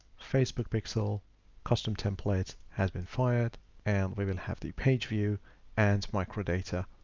facebook pixel custom template has been fired and we will have the page view and micro data.